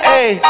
Hey